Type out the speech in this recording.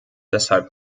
deshalb